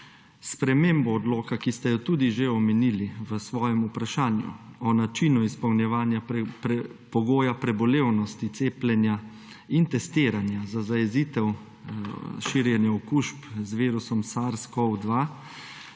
spremembo Odloka, ki ste jo tudi že omenili v svojem vprašanju, o načinu izpolnjevanja pogoja prebolevnosti cepljenja in testiranja za zajezitev širjenja okužb z virusom SARS-CoV-2,